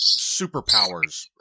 superpowers